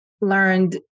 learned